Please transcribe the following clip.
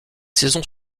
saisons